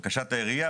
לבקשת העירייה,